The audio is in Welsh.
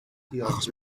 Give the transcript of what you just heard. achos